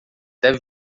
deve